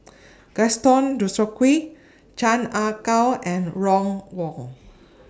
Gaston Dutronquoy Chan Ah Kow and Ron Wong